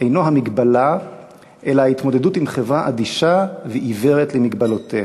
אינו המגבלה אלא ההתמודדות עם חברה אדישה ועיוורת למגבלותיהם.